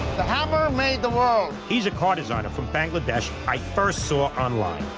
the hammer made the world. he's a car designer from bangladesh i first saw online.